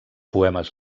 poemes